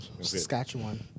Saskatchewan